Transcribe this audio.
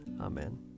Amen